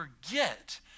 forget